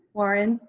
warren?